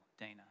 Dana